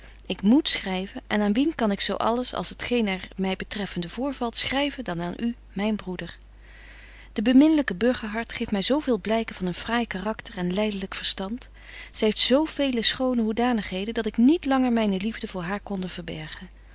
ik moet schryven en aan wien kan ik zo alles alles t geen er my betreffende voorvalt schryven dan aan u myn broeder de beminlyke burgerhart geeft my zo veel blyken van een fraai karakter en leidelyk verstand zy heeft zo vele schone hoedanigheden dat ik niet langer myne liefde voor haar konde verbergen